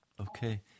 Okay